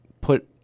put